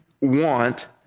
want